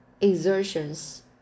exertions